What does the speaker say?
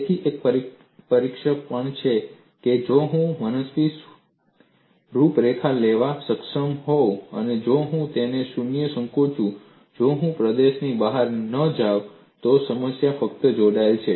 તેથી એક પરીક્ષણ એ છે કે જો હું મનસ્વી રૂપરેખા લેવા સક્ષમ હોઉં અને જો હું તેને શૂન્ય સંકોચું જો હું પ્રદેશની બહાર ન જાઉં તો તે સમસ્યા ફક્ત જોડાયેલી છે